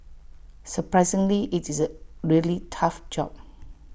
surprisingly IT is A really tough job